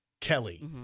Kelly